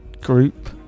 group